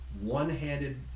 one-handed